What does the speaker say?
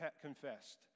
confessed